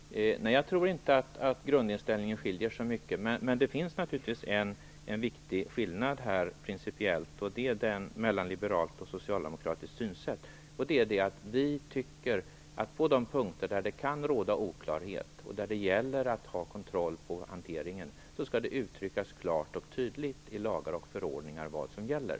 Fru talman! Nej, jag tror inte att grundställningen skiljer sig så mycket åt. Men det finns naturligtvis en viktig principiell skillnad här, nämligen skillnaden mellan ett liberalt och ett socialdemokratiskt synsätt. Vi anser att på de punkter där det kan råda oklarhet och där det gäller att ha kontroll över hanteringen skall det uttryckas klart och tydligt i förordningar vad som gäller.